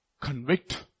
Convict